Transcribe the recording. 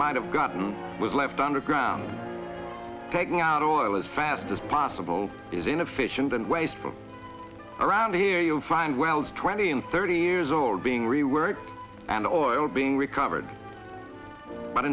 might have gotten was left underground taking out of oil as fast as possible is inefficient and wasteful around here you'll find wells twenty and thirty years old being reworked and oil being recovered but